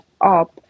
up